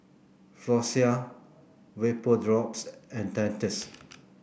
Floxia Vapodrops and Dentiste